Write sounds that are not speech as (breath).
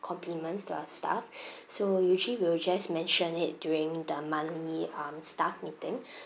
compliments to our staff (breath) so usually we will just mentioned it during the monthly um staff meeting (breath)